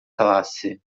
classe